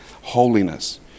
holiness